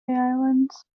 islands